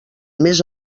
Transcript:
més